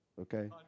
okay